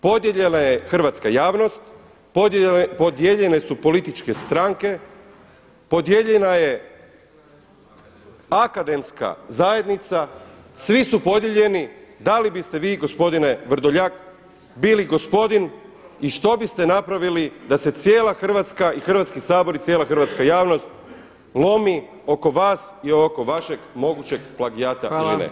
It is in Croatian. Podijeljena je hrvatska javnost, podijeljene su političke stranke, podijeljena je akademska zajednica, svi svu podijeljeni, da li biste vi gospodine Vrdoljak bili gospodin i što biste napravili da se cijela Hrvatska i Hrvatski sabor i cijela hrvatska javnost lomi oko vas i oko vašeg mogućeg plagijata ili ne.